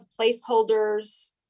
placeholders